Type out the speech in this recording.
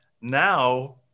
Now